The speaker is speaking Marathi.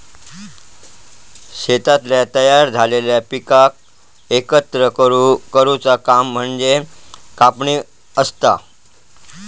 शेतातल्या तयार झालेल्या पिकाक एकत्र करुचा काम म्हणजे कापणी असता